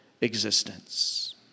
existence